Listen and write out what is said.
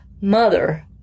mother